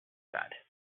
said